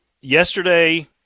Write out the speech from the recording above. yesterday